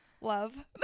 love